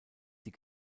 die